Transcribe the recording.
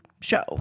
show